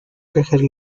cajas